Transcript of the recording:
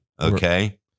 okay